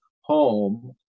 home